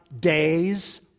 day's